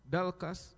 Dalkas